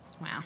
Wow